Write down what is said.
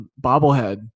bobblehead